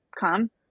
come